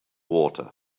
water